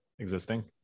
Existing